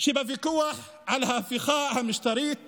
שבוויכוח על ההפיכה המשטרית